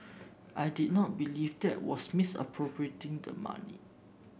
I did not believe that was misappropriating the money